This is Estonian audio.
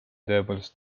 tõepoolest